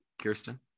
kirsten